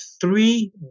three